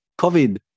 COVID